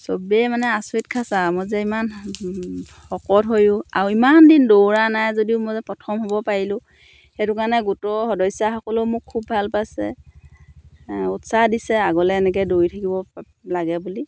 চবেই মানে আচৰিত খাইছে আৰু মই যে ইমান শকত হৈও আৰু ইমান দিন দৌৰা নাই যদিও মই যে প্ৰথম হ'ব পাৰিলোঁ সেইটো কাৰণে গোটৰ সদস্যাসকলেও মোক খুব ভাল পাইছে উৎসাহ দিছে আগলৈ এনেকৈ দৌৰি থাকিব লাগে বুলি